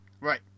Right